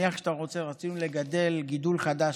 נניח כשרוצים לגדל גידול חדש,